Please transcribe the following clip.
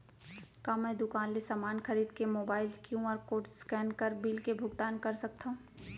का मैं दुकान ले समान खरीद के मोबाइल क्यू.आर कोड स्कैन कर बिल के भुगतान कर सकथव?